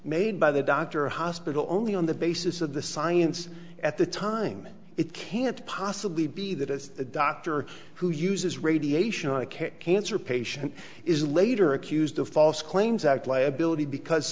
made by the doctor or hospital only on the basis of the science at the time it can't possibly be that as a doctor who uses radiation on a cat cancer patient is later accused of false claims act liability because